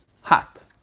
hot